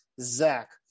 Zach